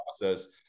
process